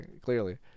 clearly